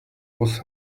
was